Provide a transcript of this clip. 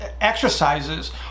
exercises